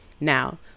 Now